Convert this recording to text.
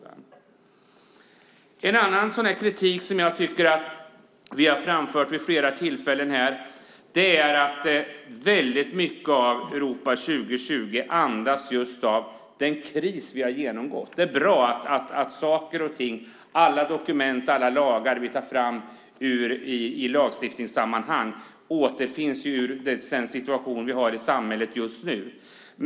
Annan kritik som jag tycker att vi vid flera tillfällen här framfört gäller att väldigt mycket av Europa 2020 andas den kris som vi just genomgått. Det är bra att saker och ting, att alla dokument och det som vi tar fram i lagstiftningssammanhang, återspeglar den aktuella situationen i samhället.